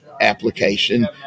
application